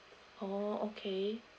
oh okay